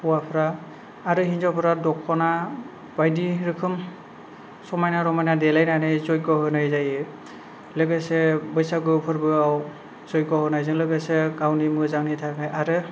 हौवाफ्रा आरो हिन्जावफोरा दख'ना बायदि रोखोम समायना रमायना देलायनानै जयग' होनाय जायो लोगोसे बैसागु फोरबोआव जयग' होनायजों लोगोसे गावनि मोजांनि थाखाय आरो